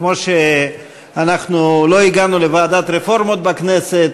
כמו שאנחנו לא הגענו לוועדת רפורמות בכנסת,